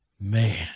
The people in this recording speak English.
man